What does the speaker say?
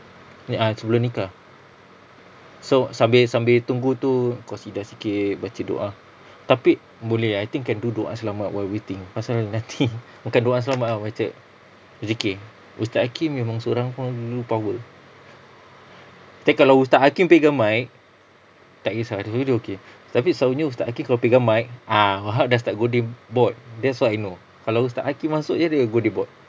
a'ah sebelum nikah so sambil sambil tunggu tu qasidah sikit baca doa tapi boleh ah I think can do doa selamat while waiting pasal nanti bukan doa selamat ah baca zikir ustaz hakeem memang sorang pun dia power tapi kalau ustaz hakeem pegang mic tak kesah dulu dia okay tapi selalunya ustaz hakeem kalau pegang mic ah wahab dah start godeh board that's what I know kalau ustaz hakeem masuk jer dia godeh board